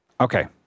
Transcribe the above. Okay